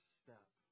step